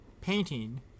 painting